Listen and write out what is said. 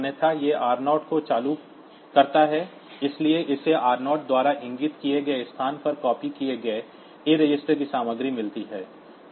अन्यथा यह r0 को लागू करता है इसलिए इसे r0 द्वारा इंगित किए गए स्थान पर कॉपी किए गए A रजिस्टर की सामग्री मिलती है